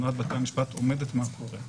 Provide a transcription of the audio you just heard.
הנהלת בתי המשפט עומדת מאחוריה.